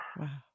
Wow